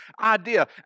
idea